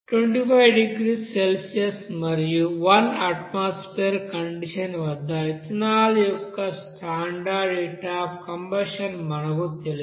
25 డిగ్రీల సెల్సియస్ మరియు 1 atmosphere condition వద్ద ఇథనాల్ యొక్క స్టాండర్డ్ హీట్ అఫ్ కంబషన్ మనకు తెలుసు